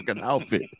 outfit